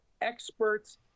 experts